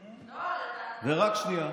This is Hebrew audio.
רק שנייה.